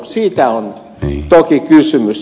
siitä on toki kysymys